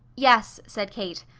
yes, said kate.